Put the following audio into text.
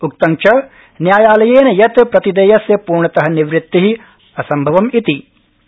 उक्तं च न्यायालयेन यत् प्रतिदेयस्य पूर्णत निवृत्ति असम्भवमिति